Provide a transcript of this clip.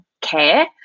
care